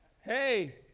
hey